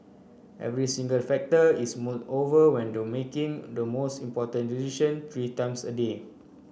every single factor is mulled over when to making the most important decision three times a day